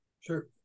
sure